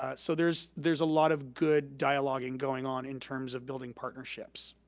ah so there's there's a lot of good dialoguing going on in terms of building partnerships.